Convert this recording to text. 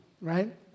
Right